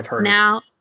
now